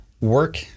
work